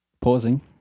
pausing